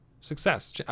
success